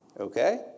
Okay